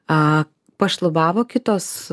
pašlubavo kitos